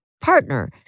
partner